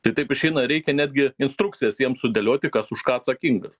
tai taip išeina reikia netgi instrukcijas jiem sudėlioti kas už ką atsakingas